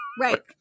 Right